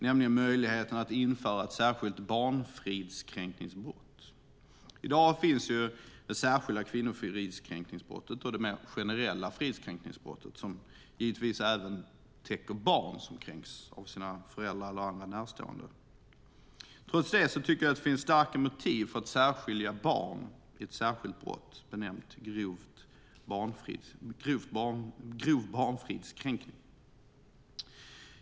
Det är möjligheten att införa ett särskilt barnfridskränkningsbrott. I dag finns det särskilda kvinnofridskränkningsbrottet och det generella fridskränkningsbrottet som givetvis även täcker barn som kränks av sina föräldrar eller andra närstående. Trots det tycker jag att det finns starka motiv för att särskilja barn i ett särskilt brott benämnt grov barnfridskränkning.